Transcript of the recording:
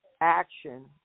action